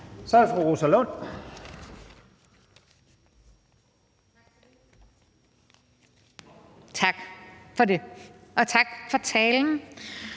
Peter Kofod (DF): Tak for det. Og tak for talen.